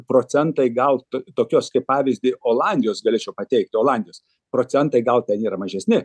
procentai gaut tokios kaip pavyzdį olandijos galėčiau pateikt olandijos procentai gal ten yra mažesni